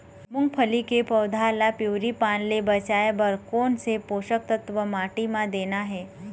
मुंगफली के पौधा ला पिवरी पान ले बचाए बर कोन से पोषक तत्व माटी म देना हे?